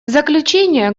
заключение